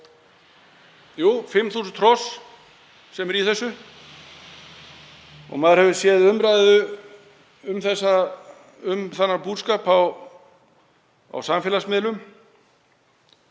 eru 5.000 hross sem eru í þessu. Maður hefur séð umræðu um þennan búskap á samfélagsmiðlum.